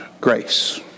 grace